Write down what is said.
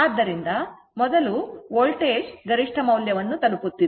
ಆದ್ದರಿಂದ ಮೊದಲ ವೋಲ್ಟೇಜ್ ಇದು ಮೊದಲು ಗರಿಷ್ಠ ಮೌಲ್ಯವನ್ನು ತಲುಪುತ್ತಿದೆ